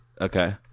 Okay